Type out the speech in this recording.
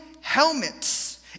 helmets